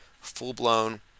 full-blown